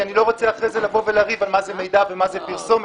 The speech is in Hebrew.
אני לא רוצה אחרי זה לבוא ולריב על מה זה מידע ומה זה פרסומת.